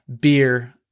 beer